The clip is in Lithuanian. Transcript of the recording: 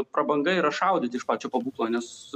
prabanga yra šaudyti iš pačio pabūklo nes